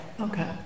Okay